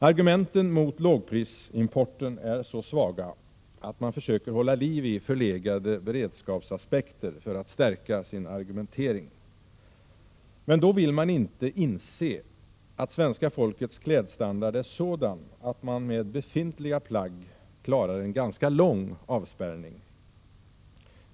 Argumenten mot lågprisimporten är så svaga att man försöker hålla liv i förlegade beredskapsaspekter för att stärka sin argumentering, men då vill man inte inse att svenska folkets klädstandard är sådan att vi med befintliga plagg klarar en ganska lång avspärrning.